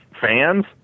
fans